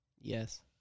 Yes